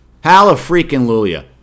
hallelujah